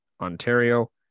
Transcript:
Ontario